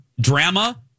drama